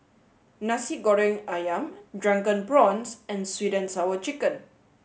Nasi Goreng Ayam drunken prawns and sweet and sour chicken